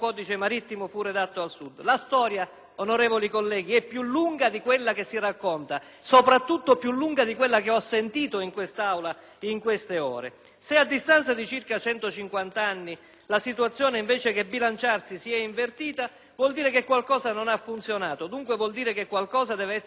onorevoli colleghi, è più lunga di quella che si racconta, soprattutto più lunga di quella che ho sentito in quest'Aula in queste ore. Se, a distanza di circa centocinquant'anni anni la situazione, invece che bilanciarsi, si è invertita, vuol dire che qualcosa non ha funzionato; vuol dire dunque che qualcosa deve essere corretto o forse che qualcuno ha rubato.